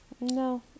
no